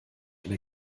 eine